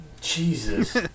Jesus